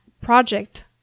project